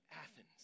Athens